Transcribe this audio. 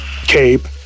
cape